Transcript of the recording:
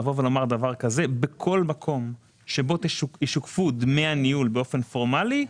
לומר כך: בכל מקום שבו ישוקפו דמי הניהול באופן פורמלי,